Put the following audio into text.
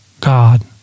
God